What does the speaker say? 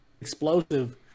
explosive